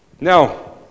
Now